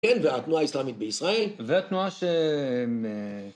כן, והתנועה האסלאמית בישראל. והתנועה שהם...